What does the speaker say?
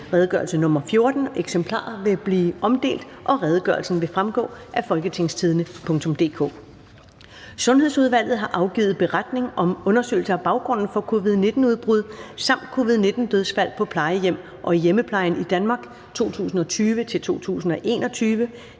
(Redegørelse nr. R 14). Eksemplarer vil blive omdelt, og redegørelsen vil fremgå af www.folketingstidende.dk. Sundhedsudvalget har afgivet Beretning om undersøgelse af baggrunden for covid-19-udbrud samt covid-19-dødsfald på plejehjem og i hjemmeplejen i Danmark 2020-2021.